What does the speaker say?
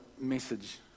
message